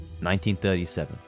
1937